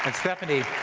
and stephanie,